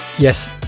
Yes